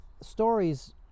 stories